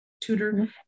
tutor